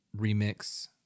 remix